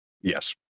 Yes